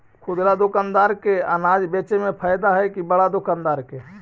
खुदरा दुकानदार के अनाज बेचे में फायदा हैं कि बड़ा दुकानदार के?